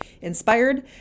inspired